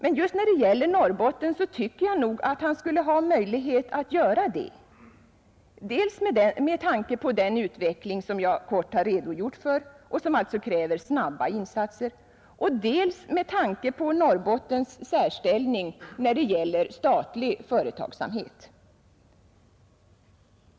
Men just när det gäller Norrbotten tycker jag nog att han skulle ha möjlighet att göra det dels med tanke på den utveckling som jag kort redogjort för och som alltså kräver snabba insatser, dels med tanke på Norrbottens särställning när det gäller statlig företagsamhet.